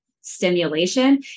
stimulation